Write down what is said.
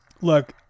Look